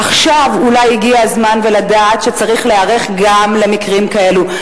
עכשיו אולי הגיע הזמן לדעת שצריך להיערך גם למקרים כאלו,